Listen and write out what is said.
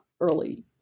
early